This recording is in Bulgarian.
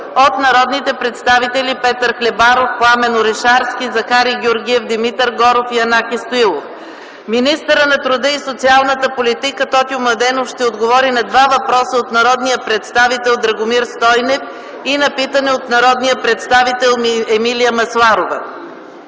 от народните представители Петър Хлебаров, Пламен Орешарски, Захари Георгиев, Димитър Горов и Янаки Стоилов. Министърът на труда и социалната политика Тотю Младенов ще отговори на два въпроса от народния представител Драгомир Стойнев и на питане от народния представител Емилия Масларова.